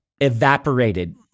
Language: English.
evaporated